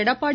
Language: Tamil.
எடப்பாடி